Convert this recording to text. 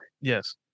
Yes